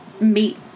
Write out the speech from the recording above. meet